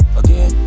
again